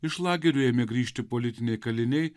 iš lagerių ėmė grįžti politiniai kaliniai